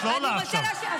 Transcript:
את לא עולה עכשיו.